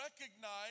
recognize